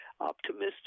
optimistic